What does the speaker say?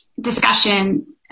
discussion